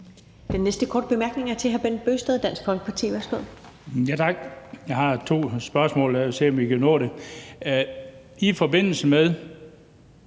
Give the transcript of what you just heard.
Den næste korte bemærkning er til hr. Bent Bøgsted, Dansk Folkeparti.